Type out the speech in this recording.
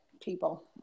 people